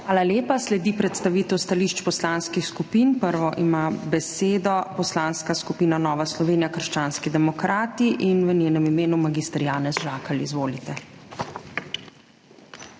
Hvala lepa. Sledi predstavitev stališč poslanskih skupin. Prva ima besedo Poslanska skupina Nova Slovenija – krščanski demokrati, v njenem imenu mag. Janez Žakelj. Izvolite.